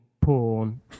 porn